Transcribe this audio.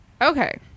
Okay